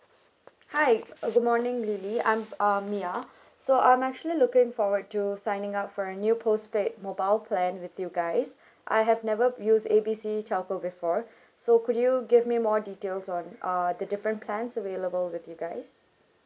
hi uh good morning lily I'm uh mia so I'm actually looking forward to signing up for a new postpaid mobile plan with you guys I have never used A B C telco before so could you give me more details on uh the different plans available with you guys